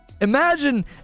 Imagine